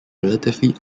relatively